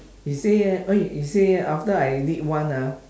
he say !oi! he say after I did one ah